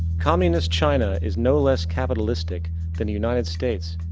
communist china is no less capitalistic than the united states.